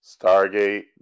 Stargate